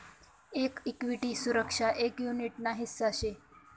एक इक्विटी सुरक्षा एक युनीट ना हिस्सा शे